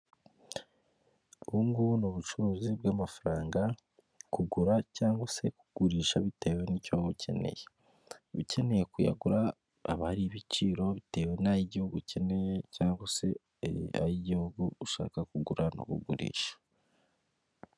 Ubu ngubu ni ubucuruzi bw'amafaranga kugura cyangwa se kugurisha bitewe n'icyo waba ukeneye. Ukeneye kuyagura haba hari ibiciro bitewe n'ay'igihugu ukeneye cyangwa se ay'igihugu ushaka kugura no kugurisha.